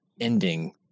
ending